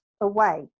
away